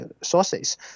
sources